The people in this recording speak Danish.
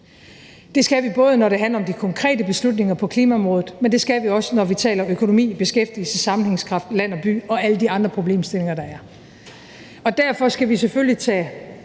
Det skal vi, både når det handler om de konkrete beslutninger på klimaområdet, men det skal vi også, når vi taler økonomi, beskæftigelse, sammenhængskraft, land og by og alle de andre problemstillinger, der er. Derfor skal vi selvfølgelig tage